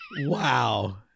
Wow